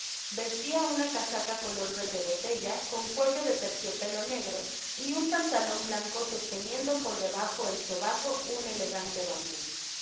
vestia una casaca color verdebotella con cuello de terciopelo negro y un pantalon blanco sosteniendo por debajo el sobaco un elegante bambú